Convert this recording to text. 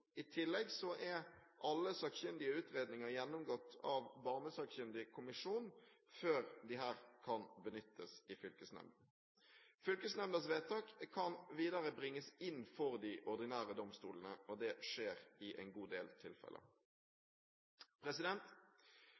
I tillegg er alle sakkyndige utredninger gjennomgått av Barnesakkyndig kommisjon før disse kan benyttes i fylkesnemnda. Fylkesnemndas vedtak kan videre bringes inn for de ordinære domstolene, og det skjer i en del tilfeller.